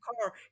car